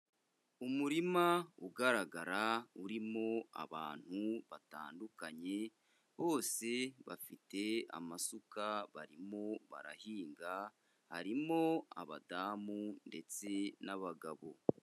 Umurima ugaragara urimo abantu batandukanye, bose bafite amasuka barimo barahinga, harimo abadamu ndetse n'abagabo.